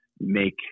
make